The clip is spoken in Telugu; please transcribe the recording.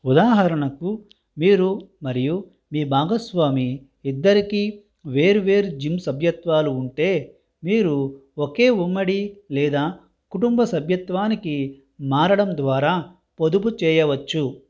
ఉదాహరణకు మీరు మరియు మీ భాగస్వామి ఇద్దరికి వేర్వేరు జిమ్ సభ్యత్వాలు ఉంటే మీరు ఒకే ఉమ్మడి లేదా కుటుంబ సభ్యత్వానికి మారడం ద్వారా పొదుపు చేయవచ్చు